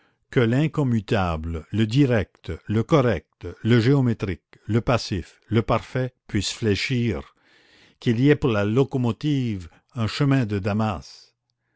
que l'incommutable le direct le correct le géométrique le passif le parfait puisse fléchir qu'il y ait pour la locomotive un chemin de damas